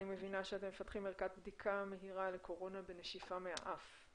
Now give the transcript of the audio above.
אני מבינה שאתם מפתחים ערכת בדיקה מהירה לקורונה בנשיפה מהאף.